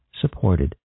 supported